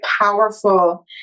powerful